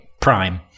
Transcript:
Prime